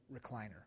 recliner